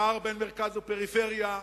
הפער בין מרכז לפריפריה,